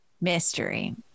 mystery